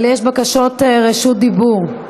אבל יש בקשות רשות דיבור.